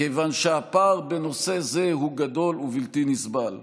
כיוון שהפער בנושא זה הוא גדול ובלתי נסבל.